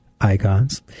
icons